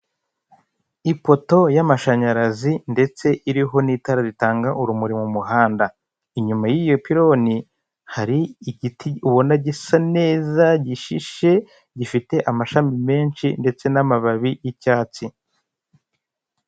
Kigali Kibagabaga hari inzu ikodeshwa ifite ibyumba bitanu. Ikodeshwa mu madolari magana abiri na mirongo ine, mu gihe kingana n'ukwezi kumwe konyine.